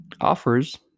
offers